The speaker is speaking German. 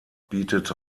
bietet